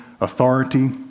authority